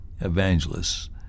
evangelists